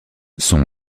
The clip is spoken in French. son